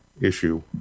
issue